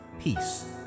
peace